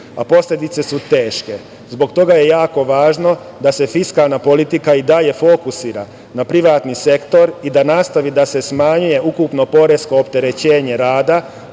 a posledice su teške. Zbog toga je jako važno da se fiskalna politika i dalje fokusira na privatni sektor i da nastavi da se smanjuju ukupno poresko opterećenje rada,